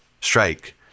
strike